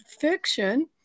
fiction